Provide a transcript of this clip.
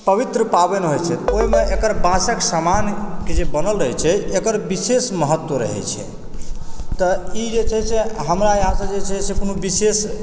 पवित्र पाबनि होइत छै ओहिमे एकर बाँसक समानके जे बनल रहए छै एकर विशेष महत्व रहए छै तऽ ई जे छै से हमरा यहाँसँ जे छै से कोनो विशेष